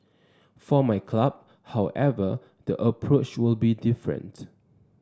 for my club however the approach will be different